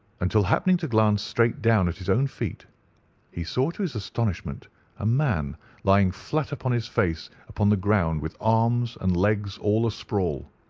until happening to glance straight down at his own feet he saw to his astonishment a man lying flat upon his face upon the ground, with arms and legs all asprawl.